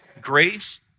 Grace